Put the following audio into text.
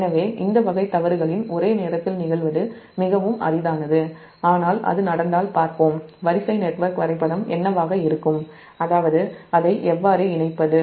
எனவே இந்த வகை தவறுகள் ஒரே நேரத்தில் நிகழ்வது மிகவும் அரிதானது ஆனால் அது நடந்தால் வரிசை நெட்வொர்க் வரைபடம் என்னவாக இருக்கும் என்று பார்ப்போம் அதாவது அதை எவ்வாறு இணைப்பது